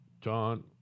John